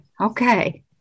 Okay